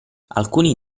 alcuni